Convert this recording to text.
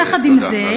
יחד עם זה,